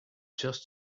just